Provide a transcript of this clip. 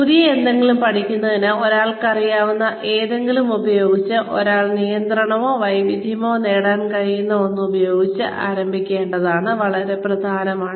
പുതിയ എന്തെങ്കിലും പഠിക്കുന്നതിന് ഒരാൾക്ക് അറിയാവുന്ന എന്തെങ്കിലും ഉപയോഗിച്ച് ഒരാൾക്ക് നിയന്ത്രണമോ വൈദഗ്ധ്യമോ നേടാൻ കഴിയുന്ന ഒന്ന് ഉപയോഗിച്ച് ആരംഭിക്കേണ്ടത് വളരെ പ്രധാനമാണ്